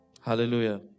Hallelujah